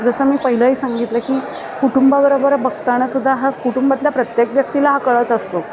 जसं मी पहिलंही सांगितलं की कुटुंबाबरोबर बघतानासुद्दा हाच कुटुंबातल्या प्रत्येक व्यक्तीला हा कळत असतो